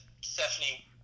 stephanie